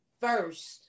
first